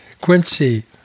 Quincy